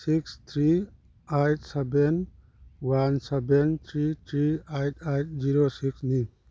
six three eight seven one seven three three eight eight zero ꯁꯤꯛꯁꯅꯤ